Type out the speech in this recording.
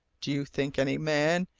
do you think any man,